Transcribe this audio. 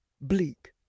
bleak